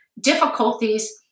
difficulties